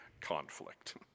conflict